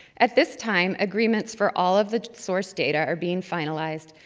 at this time, agreements for all of the source data are being finalized,